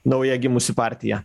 nauja gimusi partija